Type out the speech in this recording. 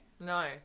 no